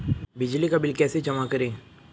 बिजली का बिल कैसे जमा करें?